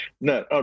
no